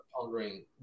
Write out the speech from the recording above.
pondering